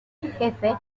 jefe